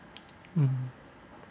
mm